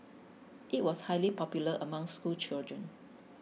it was highly popular among schoolchildren